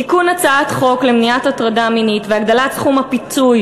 תיקון החוק למניעת הטרדה מינית והגדלת סכום הפיצוי